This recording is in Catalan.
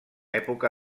època